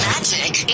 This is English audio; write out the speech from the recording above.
Magic